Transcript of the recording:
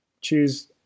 choose